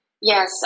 Yes